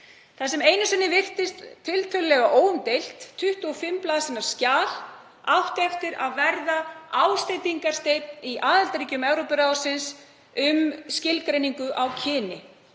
Það sem einu sinni virtist tiltölulega óumdeilt 25 blaðsíðna skjal, átti eftir að verða ásteytingarsteinn í aðildarríkjum Evrópuráðsins um skilgreiningu á kyni